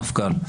מפכ"ל.